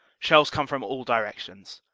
shells come from all directions.